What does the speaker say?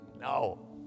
No